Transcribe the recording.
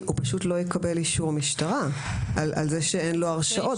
הוא פשוט לא יקבל אישור משטרה על כך שאין לו הרשעות.